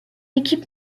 équipe